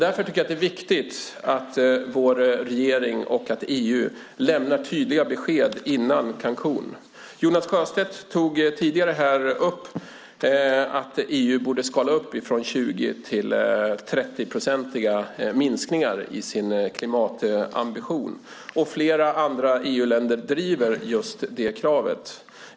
Därför är det viktigt att vår regering och EU lämnar tydliga besked före mötet i Cancún. Jonas Sjöstedt tog tidigare upp att EU borde skala upp från 20 till 30-procentiga minskningar i sin klimatambition. Flera EU-länder driver just det kravet.